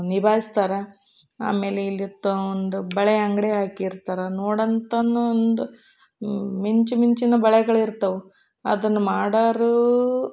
ನಿಭಾಯಿಸ್ತಾರ ಆಮೇಲೆ ಇಲ್ಲಿತ್ತೊಂದು ಬಳೆ ಅಂಗಡಿ ಹಾಕಿರ್ತಾರೆ ನೋಡನ್ತನ್ನೊಂದು ಮಿಂಚು ಮಿಂಚಿನ ಬಳೆಗಳಿರ್ತವೆ ಅದನ್ನು ಮಾಡೋರು